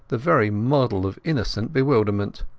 the very model of innocent bewilderment.